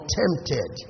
tempted